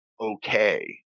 okay